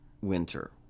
winter